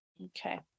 Okay